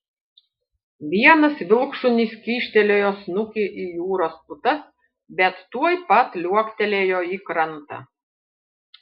vienas vilkšunis kyštelėjo snukį į jūros putas bet tuoj pat liuoktelėjo į krantą